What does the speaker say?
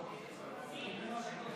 עשר דקות